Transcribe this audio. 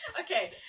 okay